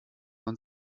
man